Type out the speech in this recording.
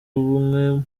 umwe